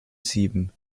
sieben